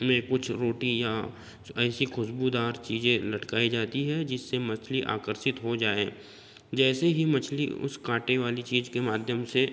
में कुछ रोटीयाँ ऐसी खुशबूदार चीज़ें लटकाई जाती है जिससे मछली आकर्षित हो जाए जैसे ही मछली उस काटें वाली चीज़ के माध्यम से